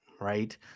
right